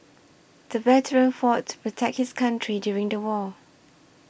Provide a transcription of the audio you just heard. the veteran fought to protect his country during the war